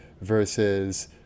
versus